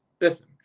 listen